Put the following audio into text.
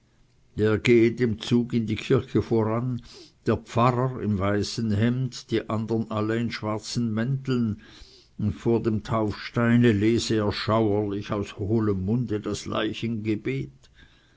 der gehe dem zuge in die kirche voran der pfarrer im weißen hemde die andern alle in schwarzen mänteln und vor dem taufsteine lese er schauerlich aus hohlem munde das